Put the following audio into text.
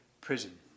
prison